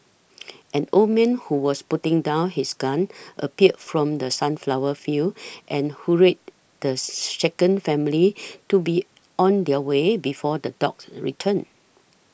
an old man who was putting down his gun appeared from the sunflower fields and hurried the shaken family to be on their way before the dogs return